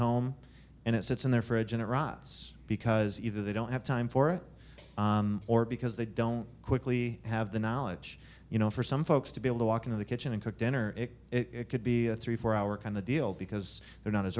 home and it sits in their fridge in iraq it's because either they don't have time for it or because they don't quickly have the knowledge you know for some folks to be able to walk into the kitchen and cook dinner it could be a three four hour kind of deal because they're not as